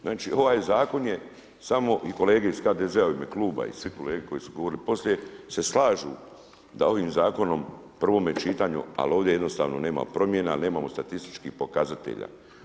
Znači ovaj Zakon je samo i kolege iz HDZ-a u ime kluba i svi kolege koji su govorili poslije se slažu da ovim Zakonom u prvome čitanje, ali ovdje jednostavno nema promjena, nemamo statističkih pokazatelja.